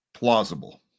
plausible